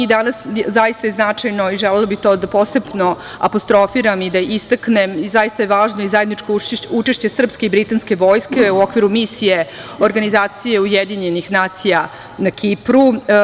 Zaista je značajno i želela bih da to posebno apostrofiram i da istaknem, zaista je važno i zajedničko učešće srpske i britanske vojske u okviru Misije UN na Kipru.